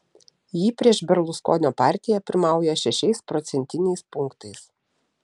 ji prieš berluskonio partiją pirmauja šešiais procentiniais punktais